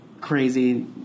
crazy